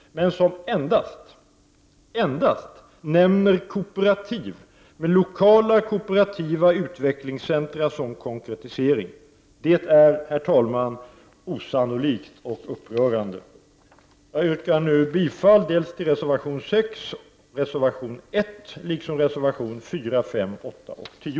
Men det nämner endast, endast, kooperativ, med lokala kooperativa utvecklingscentra som konkretisering. Herr talman, detta är osannolikt och upprörande! Herr talman! Jag yrkar bifall till reservation 1, liksom till reservation 4, 5, 6, 7 och 10.